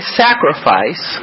sacrifice